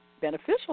beneficial